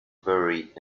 buried